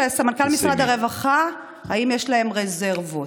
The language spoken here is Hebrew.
סמנכ"ל משרד הרווחה, אם יש להם רזרבות